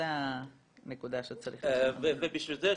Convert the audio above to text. זו הנקודה שצריך --- ובשביל זה,